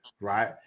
right